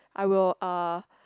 I will uh